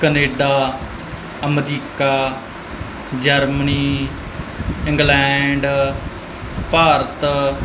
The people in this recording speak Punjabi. Canada America Germany England Bharat